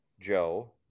Joe